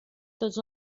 tots